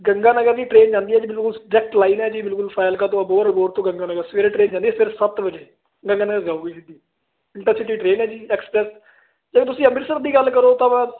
ਗੰਗਾ ਨਗਰ ਦੀ ਟ੍ਰੇਨ ਜਾਂਦੀ ਆ ਜੀ ਬਿਲਕੁਲ ਡਰੈਕਟ ਲਾਈਨ ਆ ਜੀ ਫਾਜਿਲਕਾ ਤੋਂ ਅਬੋਹਰ ਅਬੋਹਰ ਤੋਂ ਗੰਗਾ ਨਗਰ ਸਵੇਰੇ ਟ੍ਰੇਨ ਜਾਂਦੀ ਆ ਸਵੇਰੇ ਸੱਤ ਵਜੇ ਗੰਗਾ ਨਗਰ ਜਾਊਗੀ ਸਿੱਧੀ ਇੰਟਰਸੀਟੀ ਟਰੇਨ ਹੈ ਜੀ ਐਕਸਪ੍ਰੈਸ ਜੇ ਤੁਸੀਂ ਅੰਮ੍ਰਿਤਸਰ ਦੀ ਗੱਲ ਕਰੋ ਤਾਂ ਮੈਂ